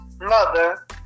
mother